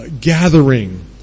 gathering